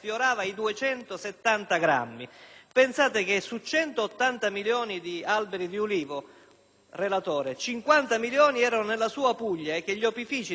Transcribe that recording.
Pensate, che su 180 milioni di alberi di ulivo, signor relatore, 50 milioni erano nella sua Puglia e che gli opifìci del settore agroalimentare erano oltre 1000.